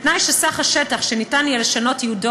בתנאי שסך השטח שיהיה אפשר לשנות את ייעודו